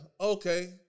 Okay